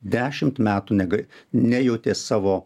dešimt metų nega nejautė savo